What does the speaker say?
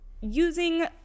using